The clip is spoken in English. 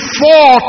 four